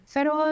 Pero